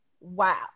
wow